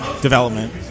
development